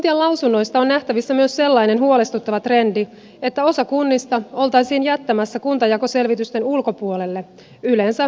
kuntien lausunnoista on nähtävissä myös sellainen huolestuttava trendi että osa kunnista oltaisiin jättämässä kuntajakoselvitysten ulkopuolelle yleensä kuntataloudellisin perustein